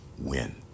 win